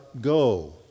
go